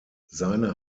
seine